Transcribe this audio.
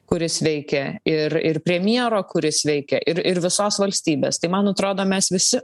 kuris veikia ir ir premjero kuris veikia ir ir visos valstybės tai man atrodo mes visi